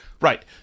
Right